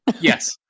Yes